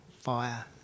fire